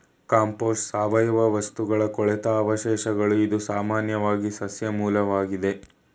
compost ಸಾವಯವ ವಸ್ತುಗಳ ಕೊಳೆತ ಅವಶೇಷಗಳು ಇದು ಸಾಮಾನ್ಯವಾಗಿ ಸಸ್ಯ ಮೂಲ್ವಾಗಿದೆ